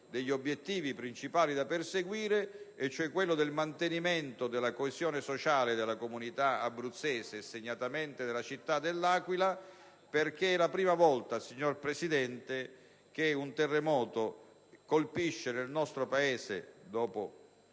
degli obiettivi principali da perseguire, quello cioè del mantenimento della coesione sociale della comunità abruzzese, segnatamente della città dell'Aquila. È infatti la prima volta, signor Presidente, che un terremoto, dopo quello disastroso